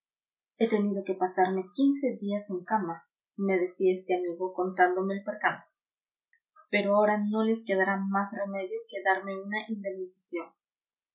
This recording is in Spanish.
he tenido que pasarme quince días en cama me decía este amigo contándome el percance pero ahora no les quedará más remedio que darme una indemnización